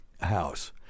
house